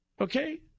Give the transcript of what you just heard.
okay